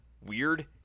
weird